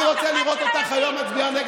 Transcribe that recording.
אני רוצה לראות אותך היום מצביעה נגד